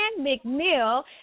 McNeil